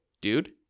Dude